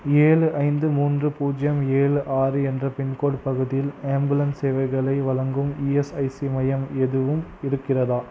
ஏழு ஐந்து மூன்று பூஜ்ஜியம் ஏழு ஆறு என்ற பின்கோட் பகுதியில் ஆம்புலன்ஸ் சேவைகளை வழங்கும் இஎஸ்ஐசி மையம் எதுவும் இருக்கிறதா